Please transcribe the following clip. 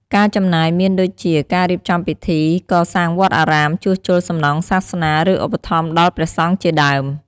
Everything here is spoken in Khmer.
ការចំណាយមានដូចជា ការរៀបចំពិធី កសាងវត្តអារាម ជួសជុលសំណង់សាសនា ឬឧបត្ថម្ភដល់ព្រះសង្ឃជាដើម។